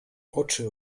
oczy